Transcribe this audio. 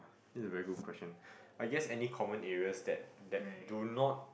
!wah! this is a very good question I guess any common areas that that do not